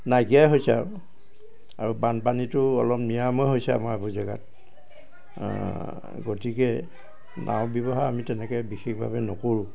নাইকীয়াই হৈছে আৰু আৰু বানপানীটো অলপ নিৰাময় হৈছে আমাৰ এইবোৰ জেগাত গতিকে নাও ব্যৱহাৰ আমি তেনেকৈ বিশেষভাৱে নকৰোঁ